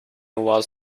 was